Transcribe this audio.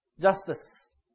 Justice